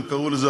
הם קראו לזה,